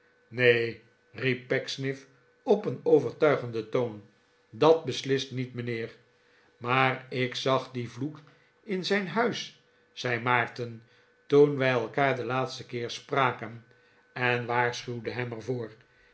neen riep pecksniff op een overtuigden toon dat beslist niet mijnheer maar ik zag dien vloek in zijn huis zei maarten toen wij elkaar den laatsten keer spraken en waarschuwde hem